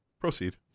Proceed